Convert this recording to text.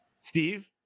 Steve